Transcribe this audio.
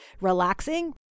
relaxing